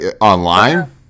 online